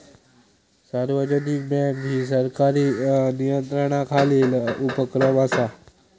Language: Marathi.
सार्वजनिक बँक ही सरकारी नियंत्रणाखालील उपक्रम असा